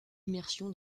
immersion